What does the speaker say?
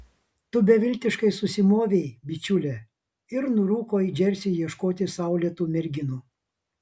tu beviltiškai susimovei bičiule ir nurūko į džersį ieškoti saulėtų merginų